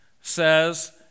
says